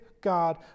God